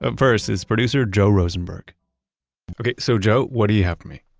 um first, it's producer joe rosenberg okay, so joe, what do you have for me?